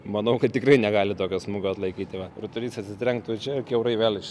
manau kad tikrai negali tokio smūgio atlaikyti va rutulys atsitrenktų čia kiaurai vėl